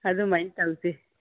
ꯑꯗꯨꯃꯥꯏꯅ ꯇꯧꯁꯤ